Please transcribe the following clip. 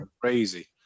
crazy